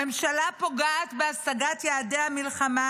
הממשלה פוגעת בהשגת יעדי המלחמה,